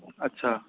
अच्छा